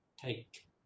take